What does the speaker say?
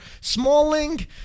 Smalling